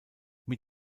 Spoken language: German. mit